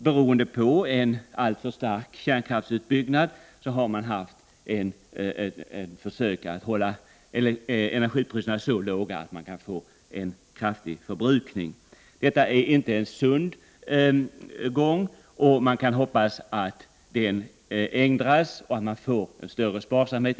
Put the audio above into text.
Beroende på en alltför stark kärnkraftsutbyggnad har energipriserna varit så låga att det lett till att vi fått en kraftig förbrukning. ' Det är inte sunt. Man kan hoppas att det blir en ändring, så att vi får större sparsamhet.